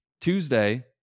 Tuesday